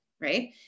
Right